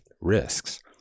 risks